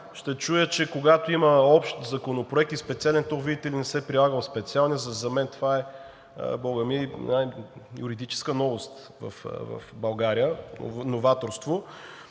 ще чуя, че когато има общ законопроект и специален, то, видите ли, не се прилага специално, за мен това е, бога ми, юридическа новост в България – новаторство.